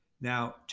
Now